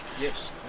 yes